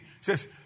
says